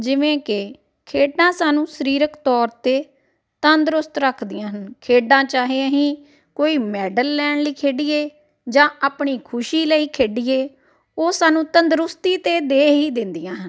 ਜਿਵੇਂ ਕਿ ਖੇਡਾਂ ਸਾਨੂੰ ਸਰੀਰਕ ਤੌਰ 'ਤੇ ਤੰਦਰੁਸਤ ਰੱਖਦੀਆਂ ਹਨ ਖੇਡਾਂ ਚਾਹੇ ਅਸੀਂ ਕੋਈ ਮੈਡਲ ਲੈਣ ਲਈ ਖੇਡੀਏ ਜਾਂ ਆਪਣੀ ਖੁਸ਼ੀ ਲਈ ਖੇਡੀਏ ਉਹ ਸਾਨੂੰ ਤੰਦਰੁਸਤੀ ਤਾਂ ਦੇ ਹੀ ਦਿੰਦੀਆਂ ਹਨ